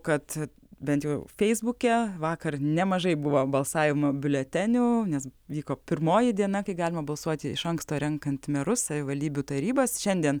kad bent jau feisbuke vakar nemažai buvo balsavimo biuletenių nes vyko pirmoji diena kai galima balsuoti iš anksto renkant merus savivaldybių tarybas šiandien